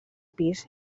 pis